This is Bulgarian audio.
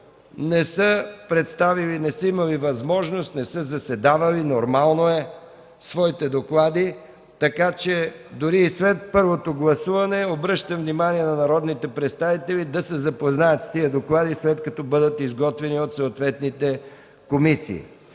не са представили, не са имали възможност, не са заседавали – нормално е, своите доклади. Така че дори и след първото гласуване, обръщам внимание на народните представители да се запознаят с тези доклади, след като бъдат изготвени от съответните комисии.